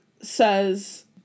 says